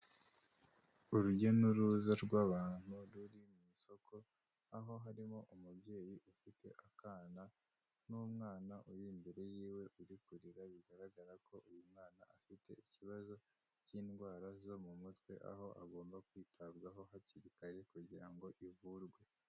Urujya n'uruza rw'abantu ruri mu isoko aho harimo umubyeyi ufite akana n'umwana uri imbere yiwe uri kurira, bigaragara ko uyu mwana afite ikibazo cy'indwara zo mu mutwe, aho agomba kwitabwaho hakiri kare kugira ngo ivurwe.